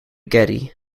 getty